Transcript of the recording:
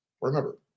remember